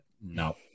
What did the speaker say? no